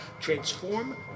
Transform